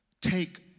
Take